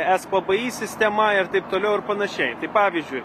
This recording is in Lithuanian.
es pbi sistema ir taip toliau ir panašiai tai pavyzdžiui